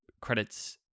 credits